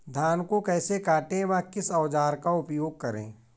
धान को कैसे काटे व किस औजार का उपयोग करें?